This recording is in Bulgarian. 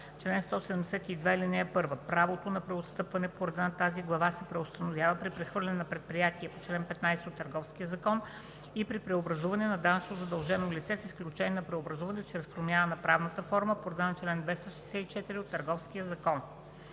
„Чл. 172. (1) Правото на преотстъпване по реда на тази глава се преустановява при прехвърляне на предприятие по чл. 15 от Търговския закон и при преобразуване на данъчно задължено лице, с изключение на преобразуване чрез промяна на правната форма по реда на чл. 264 от Търговския закон.“